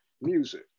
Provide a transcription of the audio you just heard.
music